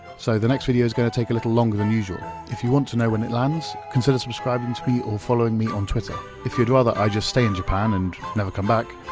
so the next video is going to take a little longer than usual. if you want to know when it lands, consider subscribing to me or following me on twitter. if you'd rather i just stay in japan and never come back,